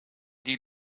die